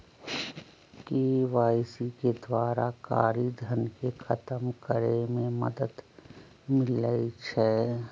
KYC के द्वारा कारी धन के खतम करए में मदद मिलइ छै